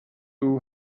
who